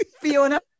Fiona